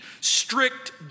Strict